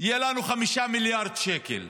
יהיו לנו 5 מיליארד שקל.